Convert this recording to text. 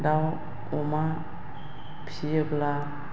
दाउ अमा फिसियोब्ला